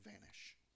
vanish